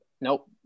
Nope